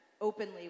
Openly